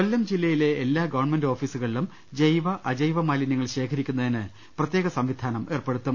കൊല്ലം ജില്ലയിലെ എല്ലാ ഗവൺമെന്റ് ഓഫീസുകളിലും ജൈവ അജൈവ മാലിന്യങ്ങൾ ശേഖരിക്കുന്നതിന് പ്രത്യേക സംവിധാനം ഏർപ്പെടുത്തും